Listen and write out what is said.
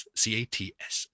c-a-t-s